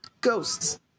ghosts